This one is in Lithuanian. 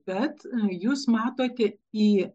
bet jūs matote į